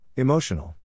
Emotional